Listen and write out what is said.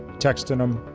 texted him,